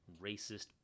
racist